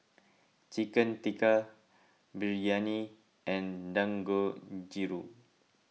Chicken Tikka Biryani and Dangojiru